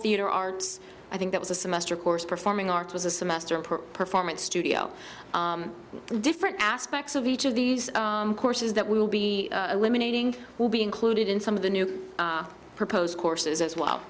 theatre arts i think that was a semester course performing arts was a semester of performance studio different aspects of each of these courses that we will be eliminating will be included in some of the new proposed courses as well